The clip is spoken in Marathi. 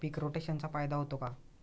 पीक रोटेशनचा फायदा होतो का?